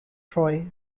troy